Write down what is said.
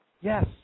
Yes